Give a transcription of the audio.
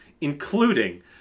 including